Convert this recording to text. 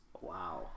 Wow